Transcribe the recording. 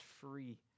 free